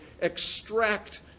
extract